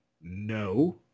No